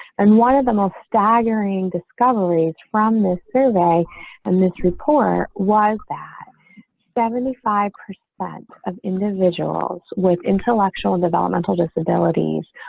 and one of the most staggering discoveries from this survey and this report was that seventy five percent of individuals with intellectual and developmental disabilities.